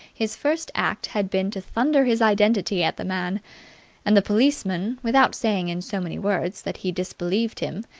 his first act had been to thunder his identity at the man and the policeman, without saying in so many words that he disbelieved him,